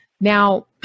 Now